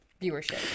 viewership